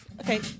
Okay